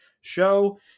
show